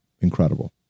incredible